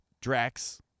Drax